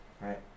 right